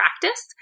practice